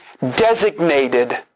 designated